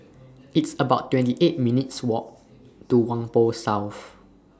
It's about twenty eight minutes' Walk to Whampoa South